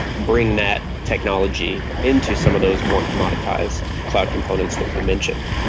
bring that technology into some of those more commoditized cloud components that you mentioned.